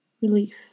relief